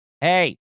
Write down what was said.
Hey